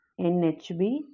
NHB